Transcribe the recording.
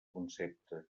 concepte